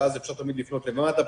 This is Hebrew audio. ואז אפשר תמיד לפנות למד"א,